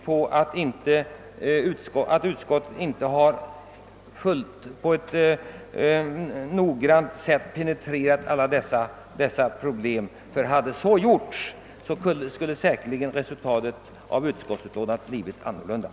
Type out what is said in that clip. Jag har ännu inte fått något bevis på att utskottet noggrant penetrerat alla dessa problem. Om så hade skett hutlåtandet säkerligen varit annorlunda utformat.